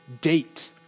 date